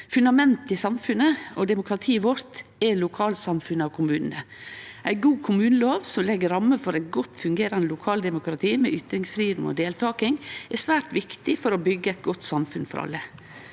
Fundamentet i samfunnet og demokratiet vårt er lokalsamfunna og kommunane. Ei god kommunelov som legg rammer for eit godt fungerande lokaldemokrati med ytringsfridom og deltaking, er svært viktig for å byggje eit godt samfunn for alle.